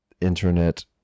internet